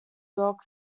york